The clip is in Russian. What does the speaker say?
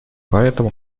поэтому